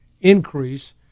increase